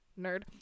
Nerd